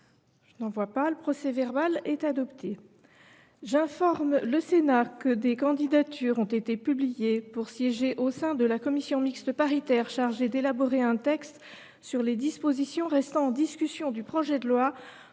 adopté sous les réserves d’usage. J’informe le Sénat que des candidatures ont été publiées pour siéger au sein de la commission mixte paritaire chargée d’élaborer un texte sur les dispositions restant en discussion du projet de loi